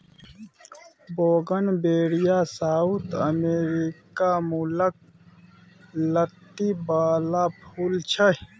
bougainvillea south America मुलक लत्ती बला फुल छै